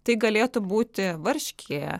tai galėtų būti varškė